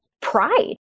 pride